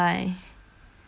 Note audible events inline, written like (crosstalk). (laughs)